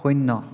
শূন্য